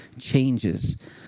changes